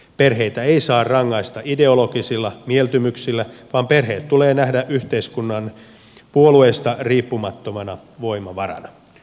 perheitä ei saa rangaista ideologisilla mieltymyksillä vaan perheet tulee nähdä yhteiskunnan puolueista riippumattomana voimavarana